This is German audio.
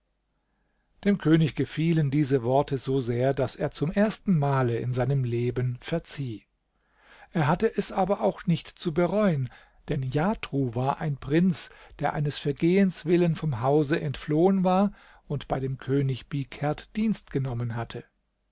dem könig gefielen diese worte so sehr daß er zum erstenmale in seinem leben verzieh er hatte es aber auch nicht zu bereuen denn jatru war ein prinz der eines vergehens willen vom hause entflohen war und bei dem könig bihkerd dienst genommen hatte